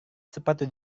sepatu